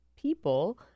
people—